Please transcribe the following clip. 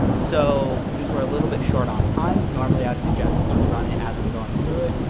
so since we're a little bit short on time, normally i'd suggest you run it as i'm going through it.